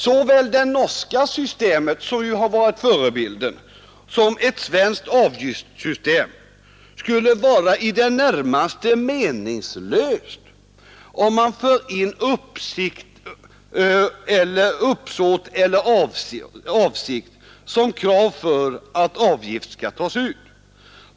Såväl det norska systemet som varit förebilden som ett svenskt avgiftssystem skulle vara i det närmaste meningslösa om man för in uppsåt eller avsikt som krav för att avgift skall tas ut.